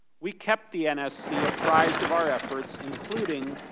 we kept the nfc apprised of our efforts including,